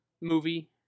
movie